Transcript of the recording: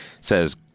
says